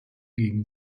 gegen